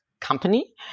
company